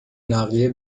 نقلیه